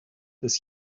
des